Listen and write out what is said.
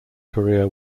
career